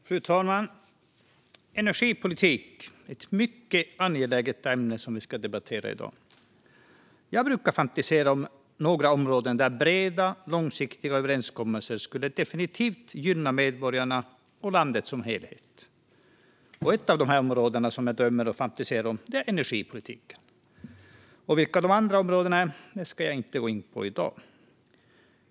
Fru talman! Energipolitik är ett mycket angeläget ämne som vi debatterar om i dag. Jag brukar fantisera om några områden där breda, långsiktiga överenskommelser definitivt skulle gynna medborgarna och landet som helhet. Ett av de områden som jag drömmer och fantiserar om är energipolitiken. Vilka de andra områdena är ska jag inte gå in på i dag.